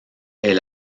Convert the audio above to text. est